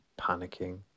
panicking